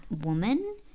woman